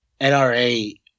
NRA